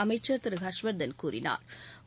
அமைச்சா் திரு ஹா்ஷ்வா்தன் கூறினாா்